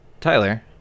Tyler